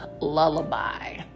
lullaby